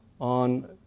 on